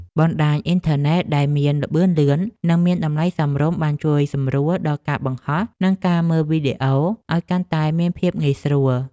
បណ្តាញអ៊ីនធឺណិតដែលមានល្បឿនលឿន និងតម្លៃសមរម្យបានជួយសម្រួលដល់ការបង្ហោះ និងការមើលវីដេអូឱ្យកាន់តែមានភាពងាយស្រួល។